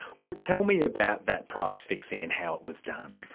well tell me about that price fixing and how it was done.